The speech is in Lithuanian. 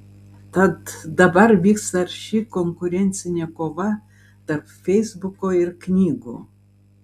tad dabar vyksta arši konkurencinė kova tarp feisbuko ir knygų